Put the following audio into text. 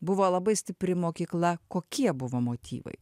buvo labai stipri mokykla kokie buvo motyvai